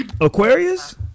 Aquarius